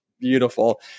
beautiful